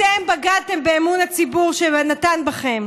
אתם בגדתם באמון שהציבור נתן בכם,